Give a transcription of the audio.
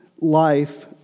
life